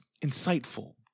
insightful